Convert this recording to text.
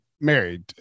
married